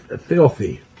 filthy